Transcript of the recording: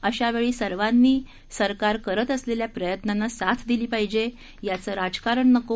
अशावेळी सर्वांनी सरकार करत असलेल्या प्रयत्नांना साथ दिली पाहिजे याचं राजकारण नको